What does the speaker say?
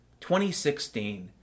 2016